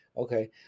Okay